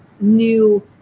new